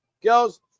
girls